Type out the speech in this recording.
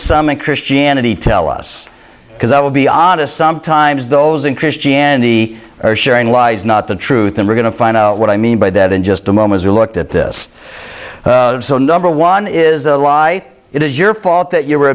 in christianity tell us because i will be honest sometimes those in christianity are sharing lies not the truth and we're going to find out what i mean by that in just a moment or look at this so number one is a lie it is your fault that you were